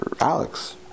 Alex